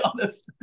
honest